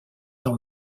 dans